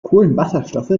kohlenwasserstoffe